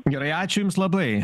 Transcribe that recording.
gerai ačiū jums labai